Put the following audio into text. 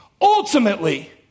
Ultimately